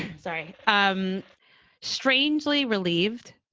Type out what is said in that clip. sorry. um strangely relieved.